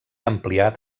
ampliat